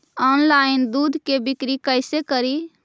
Online दुध के बिक्री कैसे करि?